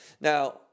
Now